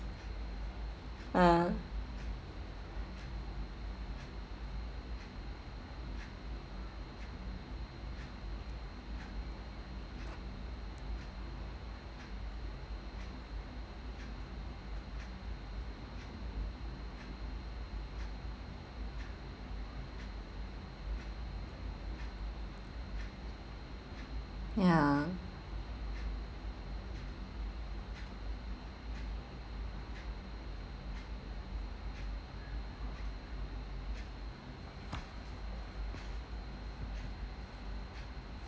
ah ya